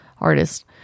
Artist